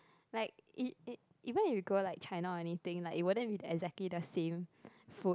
like it it even you go like China or anything like you wouldn't eat exactly the same food